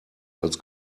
als